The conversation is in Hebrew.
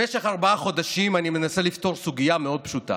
במשך ארבעה חודשים אני מנסה לפתור סוגיה מאוד פשוטה,